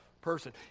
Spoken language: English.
person